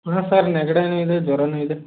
ಹಾಂ ಸರ್ ನೆಗಡಿನೂ ಇದೆ ಜ್ವರನೂ ಇದೆ